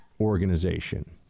organization